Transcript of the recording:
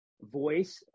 voice